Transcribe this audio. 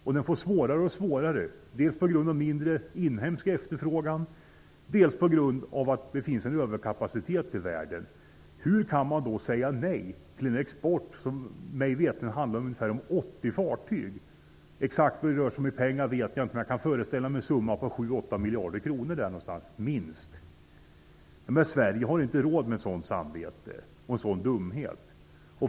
Men den får det svårare och svårare, dels grund av en mindre inhemsk efterfråga, dels på grund av en överkapacitet i världen. Hur kan man då säga nej till en export som handlar om 80 fartyg, mig veterligen? Den exakta summan pengar vet jag inte. Men jag kan föreställa mig en summa på minst 7--8 miljarder kronor. Sverige har inte råd med ett sådant samvete och en sådan dumhet.